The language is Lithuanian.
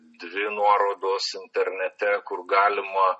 dvi nuorodos internete kur galima